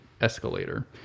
escalator